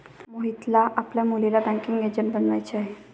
मोहितला आपल्या मुलीला बँकिंग एजंट बनवायचे आहे